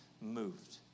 moved